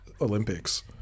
Olympics